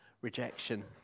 rejection